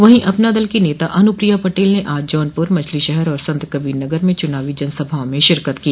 वहीं अपना दल की नेता अनुप्रिया पटेल ने आज जौनपुर मछलीशहर और संतकबीर नगर में चुनावी जनसभाओं में शिरकत की